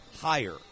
higher